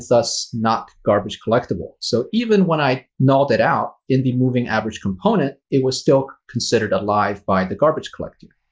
thus not garbage collectible. so even when i nulled it out in the movingavgcomponent, it was still considered alive by the garbage collector.